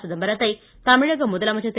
சிதம்பரத்தை தமிழக முதலமைச்சர் திரு